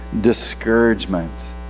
discouragement